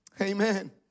Amen